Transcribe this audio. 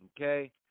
okay